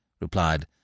replied